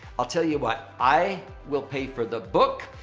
i'll tell you what. i will pay for the book.